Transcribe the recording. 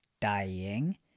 dying